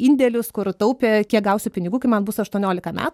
indėlius kur taupė kiek gausiu pinigų kai man bus aštuoniolika metų